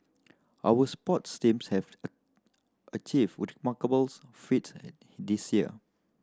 our sports teams have achieved remarkable feats this year